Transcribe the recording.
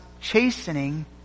chastening